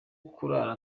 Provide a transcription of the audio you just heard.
kurara